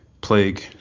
plague